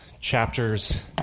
chapters